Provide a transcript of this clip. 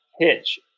pitch